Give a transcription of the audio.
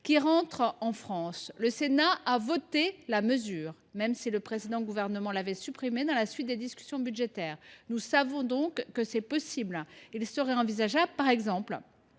qui rentrent en France. Le Sénat a voté la mesure, même si le précédent gouvernement l’avait fait supprimer dans la suite des discussions budgétaires. Nous savons donc que c’est possible. Il serait envisageable, par exemple,